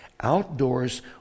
outdoors